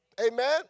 Amen